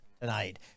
tonight